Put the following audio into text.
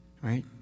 right